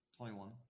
21